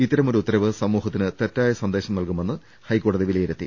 ഇത്തരമൊരു ഉത്തരവ് സമൂഹത്തിന് തെറ്റായ സന്ദേശം നൽകുമെന്ന് ഹൈക്കോ ടതി വിലയിരുത്തി